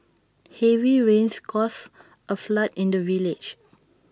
heavy rains caused A flood in the village